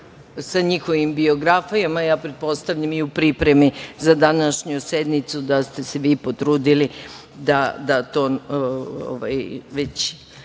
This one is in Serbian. sa njihovim biografijama. Pretpostavljam i u pripremi za današnju sednicu da ste se vi potrudili da to već